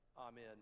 Amen